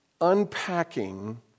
unpacking